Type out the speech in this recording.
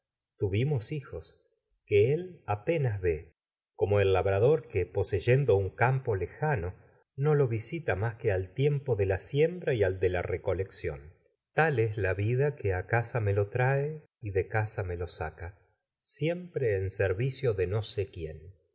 tuvimos hijos que él apenas el labrador que poseyendo un campo y lejano no lo visita más que es al la tiempo de la siembra vida al de la re trae y colección tal que en a casa me lo de casa me lo saca siempre servicio de no sé quién